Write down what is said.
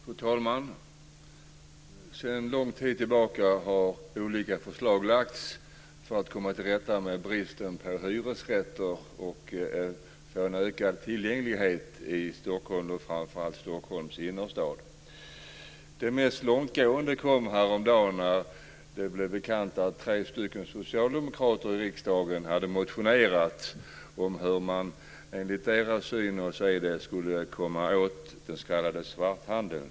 Fru talman! Sedan lång tid tillbaka har olika förslag lagts fram för att komma till rätta med bristen på hyresrätter och för att få en ökad tillgänglighet i framför allt Stockholms innerstad. Det mest långtgående förslaget kom häromdagen när det blev bekant att tre socialdemokrater i riksdagen hade väckt en motion om hur man enligt deras syn och seder skulle komma åt den s.k. svarthandeln.